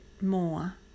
more